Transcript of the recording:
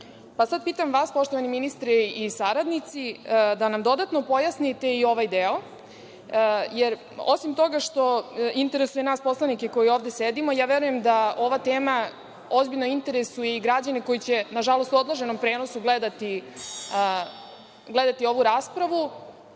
sada pitam vas, poštovani ministre, i saradnici da nam dodatno pojasnite i ovaj deo jer osim toga što interesuje nas poslanike koji ovde sedimo, ja verujem da ova tema ozbiljno interesuje i građane koji će na žalost u odloženom prenosu gledati ovu raspravu,